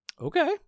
Okay